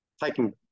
Taking